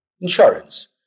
insurance